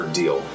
deal